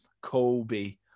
Kobe